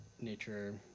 nature